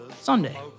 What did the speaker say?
Sunday